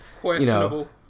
Questionable